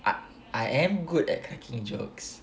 ah I am good at cracking jokes